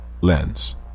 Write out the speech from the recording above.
lens